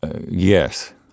yes